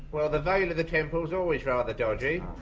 well the veil of the temple is always rather dodgy.